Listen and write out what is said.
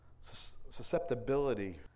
susceptibility